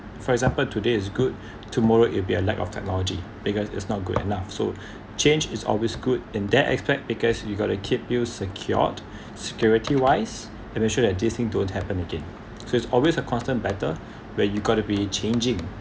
for example today is good tomorrow it'd be a lack of technology because it's not good enough so change is always good in that aspect because you've got to keep you secured security wise and ensure that this thing don't happen again so it's always a constant better where you gotta be changing